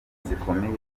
zikomeye